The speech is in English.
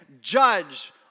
judge